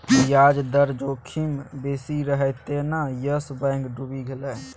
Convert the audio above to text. ब्याज दर जोखिम बेसी रहय तें न यस बैंक डुबि गेलै